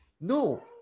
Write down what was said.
no